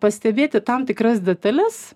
pastebėti tam tikras detales